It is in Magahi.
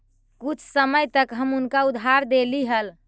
कुछ समय तक हम उनका उधार देली हल